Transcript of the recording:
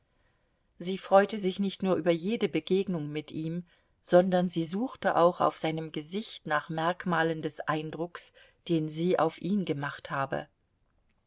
sie freute sich nicht nur über jede begegnung mit ihm sondern sie suchte auch auf seinem gesicht nach merkmalen des eindrucks den sie auf ihn gemacht habe